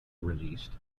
released